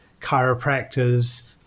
chiropractors